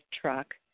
truck